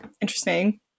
Interesting